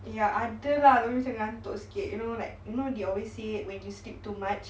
ya ada lah tapi macam ngantuk sikit you know like you know they always say when you sleep too much